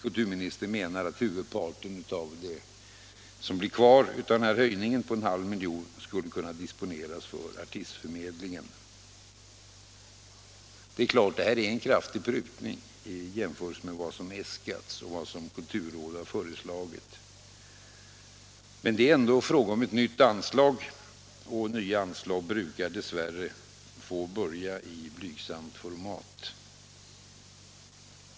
Kulturministern menar att huvudparten av det som blir kvar av höjningen på en halv miljon skulle kunna disponeras för artistförmedlingen. Det är klart att det är fråga om en kraftig prutning i jämförelse med vad som äskats och vad kulturrådet har föreslagit, men det är ändå fråga om ett nytt anslag, och sådana brukar dessvärre få börja i blygsamt format.